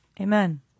Amen